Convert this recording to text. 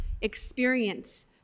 experience